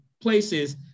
places